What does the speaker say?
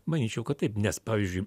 manyčiau kad taip nes pavyzdžiui